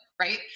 Right